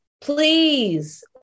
Please